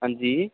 हां जी